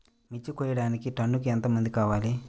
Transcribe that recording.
మిర్చి కోయడానికి టన్నుకి ఎంత మంది కావాలి?